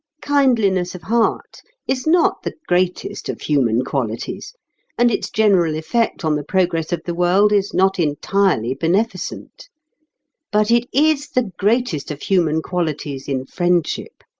kindliness of heart is not the greatest of human qualities and its general effect on the progress of the world is not entirely beneficent but it is the greatest of human qualities in friendship.